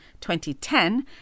2010